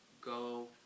go